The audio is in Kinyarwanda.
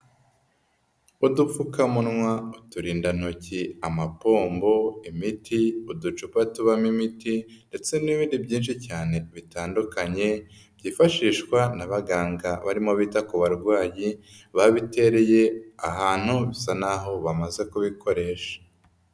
Udupfukamunwa, uturindantoki, amapombo, imiti, uducupa tubamo imiti ndetse n'ibindi byinshi cyane bitandukanye byifashishwa n'abaganga barimo bita ku barwayi, babitereye ahantu bisa n'aho bamaze kubikoresha.